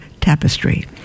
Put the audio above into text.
tapestry